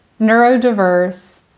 neurodiverse